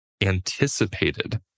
anticipated